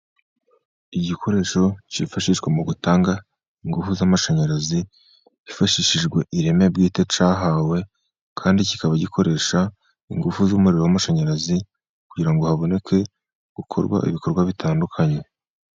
Igikoresho cyifashishwa mu gutanga ingufu z'amashanyarazi hifashishijwe ireme bwite cyahawe, kandi kikaba gikoresha ingufu z'umuriro w'amashanyarazi kugira ngo haboneke gukorwa ibikorwa bitandukanye.